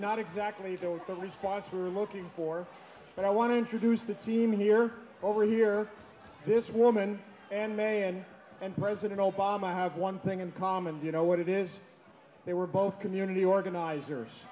not exactly though the response we're looking for but i want to introduce the team here over here this woman and man and president obama have one thing in common you know what it is they were both community organizers